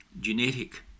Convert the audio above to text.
genetic